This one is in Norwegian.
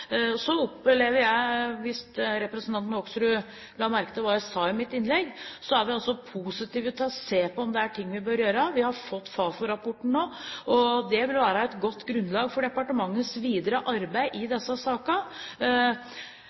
Så opplever jeg, hvis representanten Hoksrud la merke til hva jeg sa i mitt innlegg, at vi er positive til å se på om det er ting vi bør gjøre. Vi har fått Fafo-rapporten nå, og den vil være et godt grunnlag for departementets videre arbeid i disse sakene.